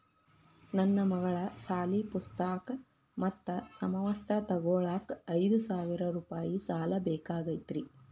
ನನ್ನ ಮಗಳ ಸಾಲಿ ಪುಸ್ತಕ್ ಮತ್ತ ಸಮವಸ್ತ್ರ ತೊಗೋಳಾಕ್ ಐದು ಸಾವಿರ ರೂಪಾಯಿ ಸಾಲ ಬೇಕಾಗೈತ್ರಿ